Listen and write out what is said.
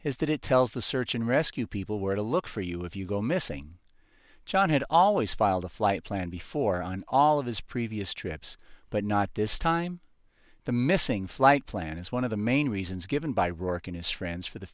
that it tells the search and rescue people where to look for you if you go missing john had always filed a flight plan before on all of his previous trips but not this time the missing flight plan is one of the main reasons given by rourke and his friends for the